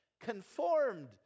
conformed